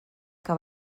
que